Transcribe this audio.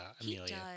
Amelia